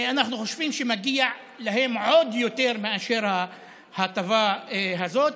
אנחנו חושבים שמגיע להם עוד יותר מאשר ההטבה הזאת,